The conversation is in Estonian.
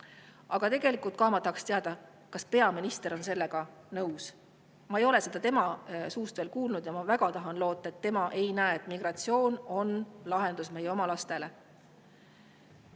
Tegelikult ma tahaks teada, kas peaminister on sellega nõus. Ma ei ole seda tema suust veel kuulnud ja ma väga tahan loota, et tema ei näe, et migratsioon on lahendus meie oma laste